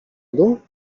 dół